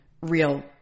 real